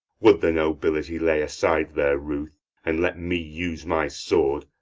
would the nobility lay aside their ruth and let me use my sword,